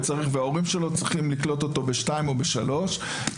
וההורים שלו צריכים לקלוט אותו בשעה שתיים או בשעה שלוש,